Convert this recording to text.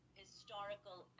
historical